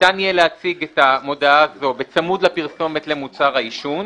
ניתן יהיה להציג את המודעה הזו בצמוד לפרסומת למוצר העישון,